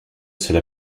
cela